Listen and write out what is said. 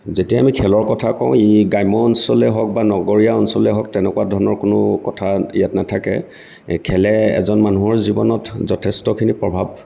যেতিয়া আমি খেলৰ কথা কওঁ ই গ্ৰাম্য অঞ্চলেই হওক বা নগৰীয়া অঞ্চলেই হওক তেনেকুৱা ধৰণৰ কোনো কথা ইয়াত নাথাকে এই খেলে এজন মানুহৰ জীৱনত যথেষ্টখিনি প্ৰভাৱ